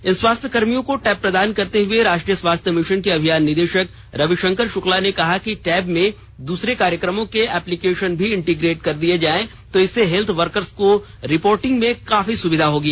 इन स्वास्थ्य कर्मियों को टैब प्रदान करते हुए राष्ट्रीय स्वास्थ्य मिशन के अभियान निदेशक रविशंकर शुक्ला ने कहा कि टैब में दूसरे कार्यक्रमों के एप्लिकेशक भी इंटीग्रेट कर दिए जाएं तो इससे हेल्थ वर्कस को रिपोटिंग में काफी सुविधा होगी